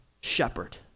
shepherd